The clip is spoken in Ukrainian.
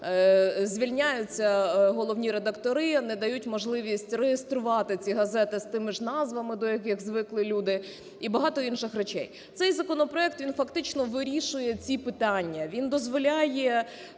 Звільняються головні редактори, не дають можливість реєструвати ці газети з тими ж назвами, до яких звикли люди, і багато інших речей. Цей законопроект, він фактично вирішує ці питання, він дозволяє